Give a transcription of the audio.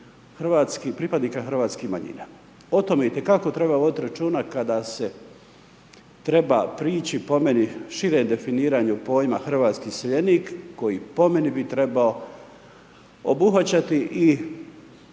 Gore i pripadnika hrvatskih manjina. O tome itekako treba voditi računa, kada se treba prići, po meni, široj definiraju pojma hrvatski iseljenik, koji po meni bi trebao obuhvaćati i